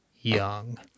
Young